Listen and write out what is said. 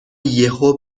یهو